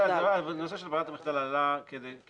הנושא של ברירת המחדל עלה כי